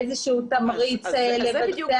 איזשהו תמריץ לבצע הברחות וכדומה.